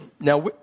Now